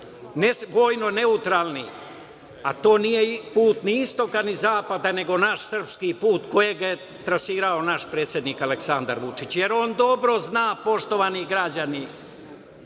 vojno neutralni, a to nije put ni istoka ni zapada, nego naš, srpski put, kojega je trasirao naš predsednik Aleksandar Vučić. Jer, on dobro zna, poštovani građani,